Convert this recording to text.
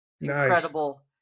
Incredible